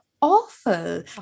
awful